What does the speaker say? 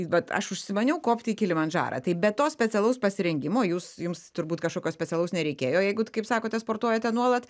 vat aš užsimaniau kopt į kilimandžarą tai be to specialaus pasirengimo jūs jums turbūt kažkokio specialaus nereikėjo jeigu kaip sakote sportuojate nuolat